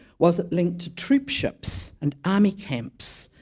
was it linked to troop ships and army camps,